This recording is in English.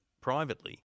privately